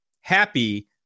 happy